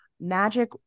magic